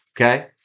Okay